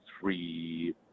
three